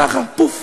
ככה, פוף,